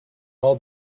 all